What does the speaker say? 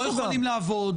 לא יכולים לעבוד.